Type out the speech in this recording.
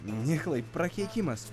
niklai prakeikimas